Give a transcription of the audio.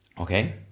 Okay